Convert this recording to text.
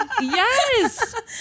Yes